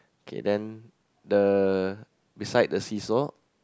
okay then the beside the seesaw